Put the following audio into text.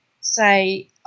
say